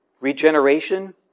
regeneration